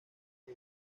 que